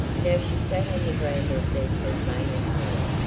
now she sat on the veranda of their tasmanian home,